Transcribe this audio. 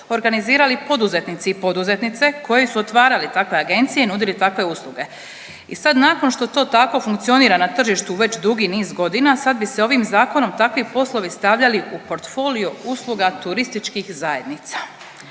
organizirali poduzetnici i poduzetnice koji su otvarali takve agencije i nudili takve usluge. I sad nakon što to tako funkcionira na tržištu već dugi niz godina, sad bi se ovim zakonom takvi poslovi stavljali u portfolio usluga turističkih zajednica